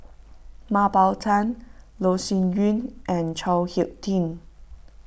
Mah Bow Tan Loh Sin Yun and Chao Hick Tin